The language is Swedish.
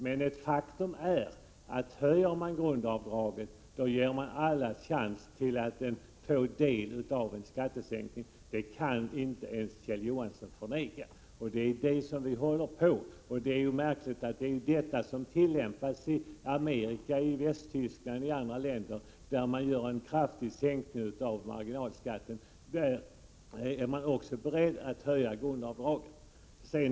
Men faktum är att höjer man grundavdraget, ger man alla chans att få del aven skattesänkning. Det kan inte Kjell Johansson förneka, och det är därför vi för fram det förslaget. I Amerika, i Västtyskland och i andra länder, där man gör en kraftig sänkning av marginalskatten, är man också beredd att höja grundavdraget.